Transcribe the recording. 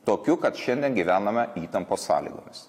tokiu kad šiandien gyvename įtampos sąlygomis